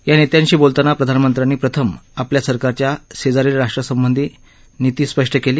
या नेत्यांशी बोलताना प्रधानमंत्र्यांनी प्रथम आपल्या सरकारच्या शेजारील राष्ट्रासंबंधी नीती स्पष्ट केली